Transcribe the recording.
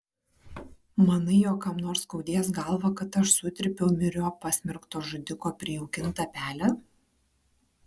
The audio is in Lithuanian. manai jog kam nors skaudės galvą kad aš sutrypiau myriop pasmerkto žudiko prijaukintą pelę